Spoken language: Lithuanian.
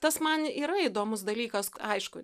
tas man yra įdomus dalykas aišku